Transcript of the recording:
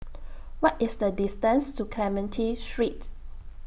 What IS The distance to Clementi Street